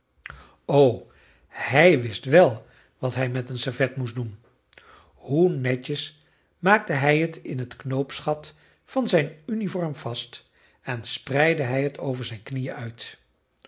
o hij wist wel wat hij met een servet moest doen hoe netjes maakte hij het in het knoopsgat van zijn uniform vast en spreidde hij het over zijn knieën uit